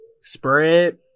spread